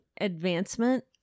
advancement